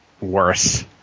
worse